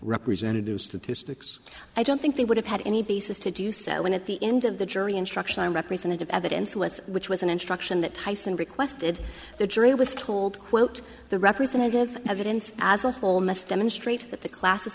representatives statistics i don't think they would have had any basis to do so and at the end of the jury instruction on representative evidence was which was an instruction that tyson requested the jury was told quote the representative evidence as a whole mess them straight that the classes